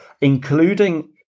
including